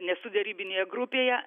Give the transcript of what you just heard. nesu derybinėje grupėje